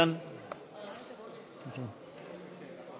שם החוק נתקבל.